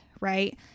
right